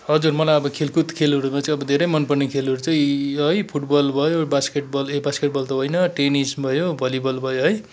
हजुर मलाई अब खेलकुद खेलहरूमा चाहिँ अब धेरै मनपर्ने खेलहरू चाहिँ है फुटबल भयो बास्केटबल ए बास्केटबल त होइन टेनिस भयो भलिबल भयो है